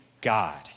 God